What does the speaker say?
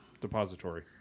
Depository